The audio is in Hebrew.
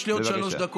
יש לי עוד שלוש דקות.